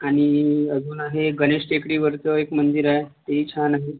आणि अजून आहे गणेश टेकडीवरचं एक मंदिर आहे तेही छान आहे